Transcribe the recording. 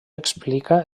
explica